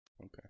okay